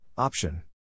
Option